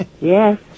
Yes